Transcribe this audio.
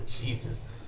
Jesus